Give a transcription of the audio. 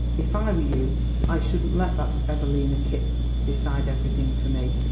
if i were you i shouldn't let that evelina kipp decide everything for me.